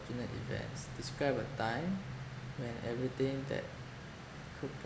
unfortunate events describe a time when everything that could